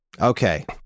Okay